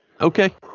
okay